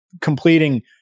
completing